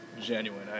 genuine